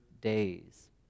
days